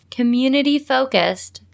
Community-focused